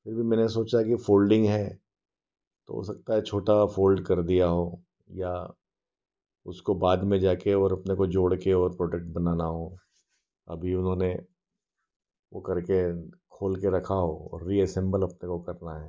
फ़िर भी मैंने सोचा फोल्डिंग है हो सकता है छोटा फोल्ड कर दिया हो या उसको बाद में जाकर और उतने ओ जोड़कर और प्रोडक्ट बनाना हो अभी उन्होंने वह करके खोलकर रखा और भी असेम्बेल करना हो